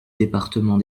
département